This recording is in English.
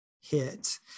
hit